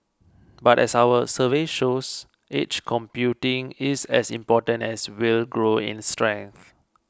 but as our survey shows edge computing is as important as will grow in strength